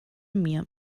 mir